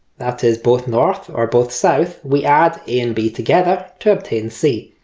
that is both north or both south we add a and b together to obtain c.